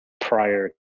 prior